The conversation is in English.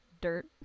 dirt